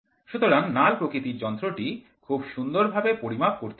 সুতরাং নাল প্রকৃতির যন্ত্রটি খুব সুন্দর ভাবে পরিমাপ করতে পারে